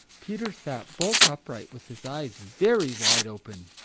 peter sat bolt upright with his eyes very wide open.